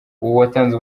uwatanze